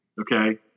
Okay